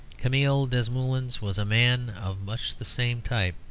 camille desmoulins was a man of much the same type,